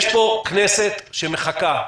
יש פה כנסת שמחכה.